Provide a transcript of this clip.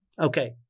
Okay